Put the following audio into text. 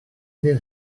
nid